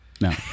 No